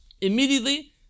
immediately